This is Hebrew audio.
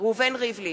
ראובן ריבלין,